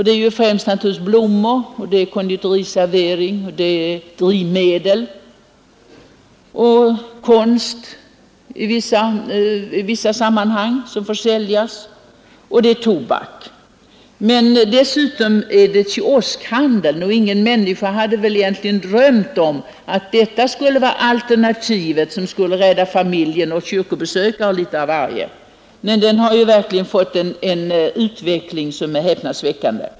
Det gäller främst försäljning av blommor, drivmedel och tobak, försäljning i anslutning till konditoriservering samt försäljning av konst i vissa sammanhang. Men dessutom gäller det kioskhandel. Ingen människa hade väl egentligen drömt om att detta skulle vara det alternativ som skulle rädda familjen och kyrkobesökare och litet av varje, men kioskhandeln har ju verkligen fått en utveckling som är häpnadsväckande.